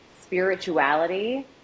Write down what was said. spirituality